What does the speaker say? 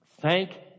Thank